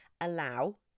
allow